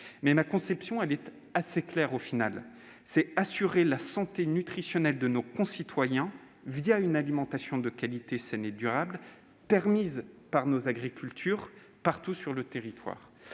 ma conception est claire : il faut assurer la santé nutritionnelle de nos concitoyens une alimentation de qualité, saine et durable, permise par nos agricultures partout sur le territoire.